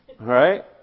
right